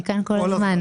אני כאן כל הזמן.